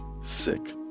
sick